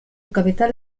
capital